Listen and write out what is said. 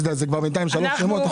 בינתיים היו כבר שלושה שמות,